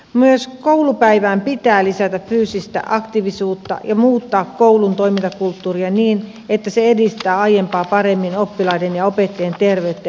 myös koulupäivään pitää lisätä fyysistä aktiivisuutta ja pitää muuttaa koulun toimintakulttuuria niin että se edistää aiempaa paremmin oppilaiden ja opettajien terveyttä ja hyvinvointia